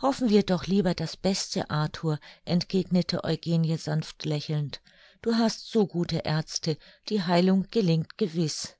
hoffen wir doch lieber das beste arthur entgegnete eugenie sanft lächelnd du hast so gute aerzte die heilung gelingt gewiß